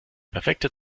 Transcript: perfekte